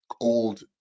old